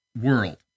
world